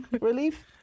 relief